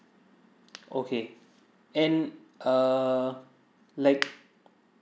okay and err like